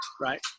right